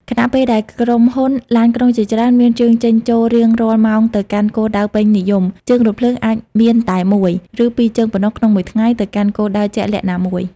ខណៈពេលដែលក្រុមហ៊ុនឡានក្រុងជាច្រើនមានជើងចេញចូលរៀងរាល់ម៉ោងទៅកាន់គោលដៅពេញនិយម ជើងរថភ្លើងអាចមានតែ មួយ ឬពីរជើងប៉ុណ្ណោះក្នុងមួយថ្ងៃ ទៅកាន់គោលដៅជាក់លាក់ណាមួយ។